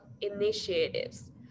initiatives